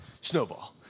snowball